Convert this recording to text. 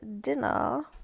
dinner